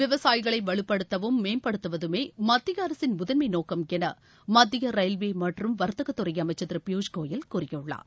விவசாயிகளை வலுப்படுத்துவதும் மேம்படுத்துவதுமே மத்திய அரசின் முதன்மை நோக்கம் என மத்திய ரயில்வே மற்றும் வர்த்தகத்துறை அமைச்சர் திரு பியூஷ் கோயல் கூறியுள்ளார்